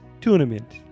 tournament